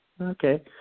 okay